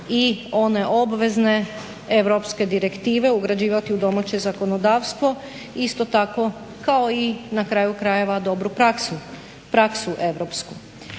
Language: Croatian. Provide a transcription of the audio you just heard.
i one obvezne europske direktive ugrađivati u domaće zakonodavstvo, isto tako kao i na kraju krajeva dobru praksu europsku.